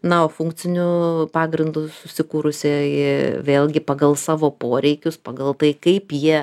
na o funkciniu pagrindu susikūrusiai vėlgi pagal savo poreikius pagal tai kaip jie